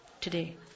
today